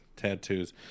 tattoos